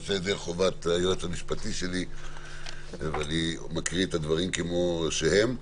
יוצא ידי חובת היועץ המשפטי שלי ואני מקריא את הדברים כמו שהם.